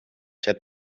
set